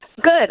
Good